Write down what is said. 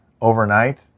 overnight